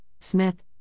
Smith